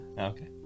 Okay